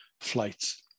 flights